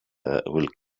will